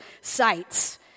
sites